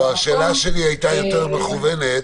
לא, השאלה שלי הייתה יותר מכוונת.